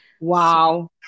Wow